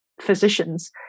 physicians